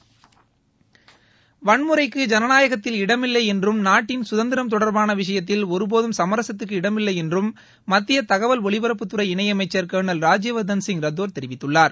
ஜனநாயகத்தில்வன்முறைக்கு இடமில்லை என்றும் நாட்டின் சுதந்திரம் தொடர்பான விஷயத்தில் ஒருபோதும் சுமரசத்துக்கு இடமில்லை என்றும் மத்திய தகவல் ஒலிபரப்புதுறை இணையமைச்சர் கள்ளல் ராஜ்யவர்த்தன் சிங் ரத்தோர் தெரிவித்துள்ளார்